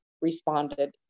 responded